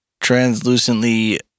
translucently